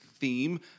theme